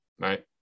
right